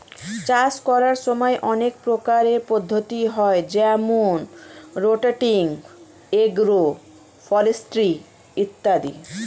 চাষ করার সময় অনেক প্রকারের পদ্ধতি হয় যেমন রোটেটিং, এগ্রো ফরেস্ট্রি ইত্যাদি